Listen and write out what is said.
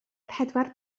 pedwar